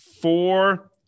four –